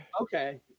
okay